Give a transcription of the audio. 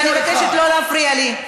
ואני מבקשת לא להפריע לי,